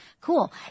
Cool